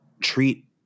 treat